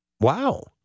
Wow